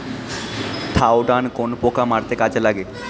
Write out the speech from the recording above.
Thiodan কোন পোকা মারতে কাজে লাগে?